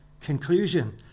conclusion